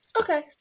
Okay